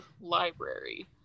library